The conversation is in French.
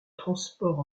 transports